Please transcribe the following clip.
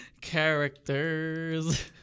characters